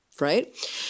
Right